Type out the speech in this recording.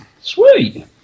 Sweet